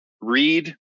read